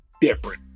different